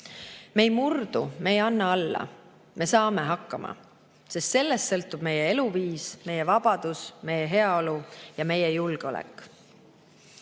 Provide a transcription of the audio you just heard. Me ei murdu, me ei anna alla, me saame hakkama! Sest sellest sõltub meie eluviis, meie vabadus, meie heaolu ja meie julgeolek.